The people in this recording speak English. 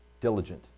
diligent